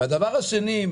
והדבר השני,